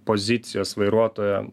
pozicijos vairuotojo